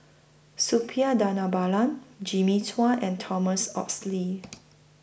Suppiah Dhanabalan Jimmy Chua and Thomas Oxley